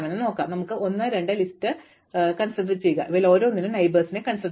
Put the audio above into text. ശരി ഞങ്ങൾക്ക് ഈ ലിസ്റ്റ് ഉണ്ട് അതിനാൽ ഞങ്ങൾക്ക് 1 2 ലിസ്റ്റ് പറയുന്നു ഇവയിൽ ഓരോന്നിനും അയൽവാസികളാണ്